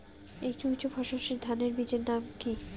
একটি উচ্চ ফলনশীল ধানের বীজের নাম কী?